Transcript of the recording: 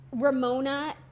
Ramona